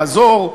לעזור,